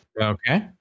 Okay